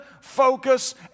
focus